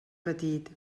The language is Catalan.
petit